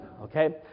Okay